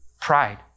pride